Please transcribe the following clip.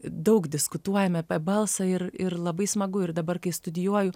daug diskutuojam apie balsą ir ir labai smagu ir dabar kai studijuoju